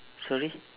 sorry